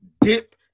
dip